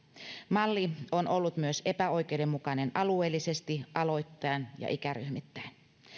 malli on ollut myös epäoikeudenmukainen alueellisesti aloittain ja ikäryhmittäin